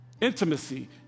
Intimacy